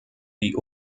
die